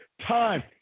Time